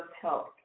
help